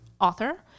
author